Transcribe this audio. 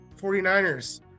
49ers